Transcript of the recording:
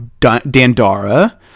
Dandara